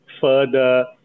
further